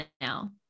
now